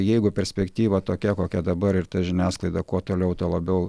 jeigu perspektyva tokia kokia dabar ir ta žiniasklaida kuo toliau tuo labiau